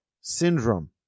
syndrome